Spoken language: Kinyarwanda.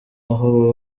aho